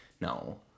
no